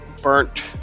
burnt